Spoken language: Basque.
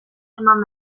eman